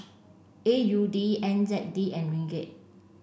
A U D N Z D and Ringgit